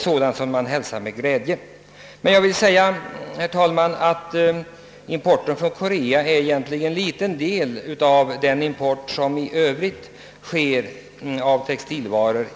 Men, herr talman, importen från Korea är egentligen en liten del av vår samlade import i övrigt av textilvaror.